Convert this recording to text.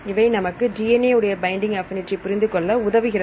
இவை நமக்கு DNA உடைய பைண்டிங் ஆப்பினிடி புரிந்து கொள்ள உதவுகிறது